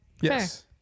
Yes